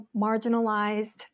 marginalized